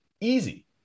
easy